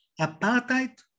apartheid